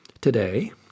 Today